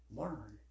learn